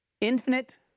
infinite